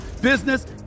business